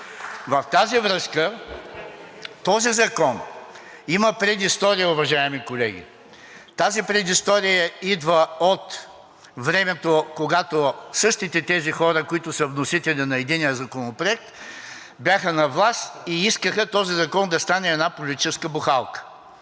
В тази връзка този закон има предистория, уважаеми колеги. Тази предистория идва от времето, когато същите тези хора, които са вносители на единия законопроект, бяха на власт и искаха този закон да стане една политическа бухалка.